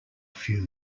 few